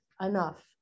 enough